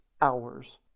hours